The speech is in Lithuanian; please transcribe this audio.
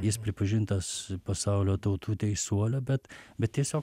jis pripažintas pasaulio tautų teisuoliu bet bet tiesiog